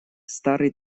старый